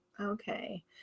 Okay